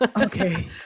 Okay